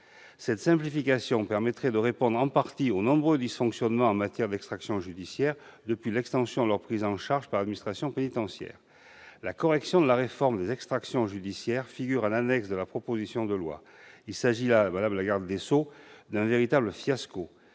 Cette simplification permettrait de répondre en partie aux nombreux dysfonctionnements constatés en matière d'extractions judiciaires depuis l'extension de leur prise en charge par l'administration pénitentiaire. La correction de la réforme des extractions judiciaires figure en annexe à la proposition de loi. Il s'agit là, madame la garde des sceaux, d'un véritable fiasco.